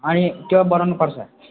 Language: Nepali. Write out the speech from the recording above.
अनि त्यो बनाउनुपर्छ